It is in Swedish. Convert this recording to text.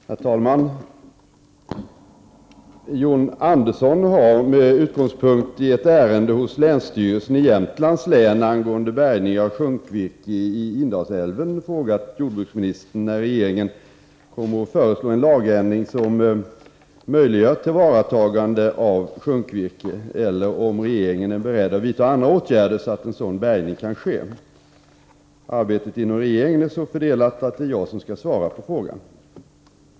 Herr talman! John Andersson har, med utgångspunkt i ett ärende hos länsstyrelsen i Jämtlands län angående bärgning av sjunkvirke i Indalsälven, frågat jordbruksministern när regeringen kommer att föreslå en lagändring som möjliggör tillvaratagande av sjunkvirke eller om regeringen är beredd att vidta andra åtgärder så att en sådan bärgning kan ske. | Arbetet inom regeringen är så fördelat att det är jag som skall svara på | frågan.